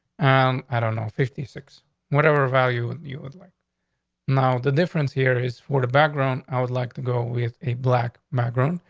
um i don't know, fifty six whatever value you would like now the here is for the background. i would like to go with a black macron.